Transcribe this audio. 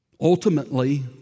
Ultimately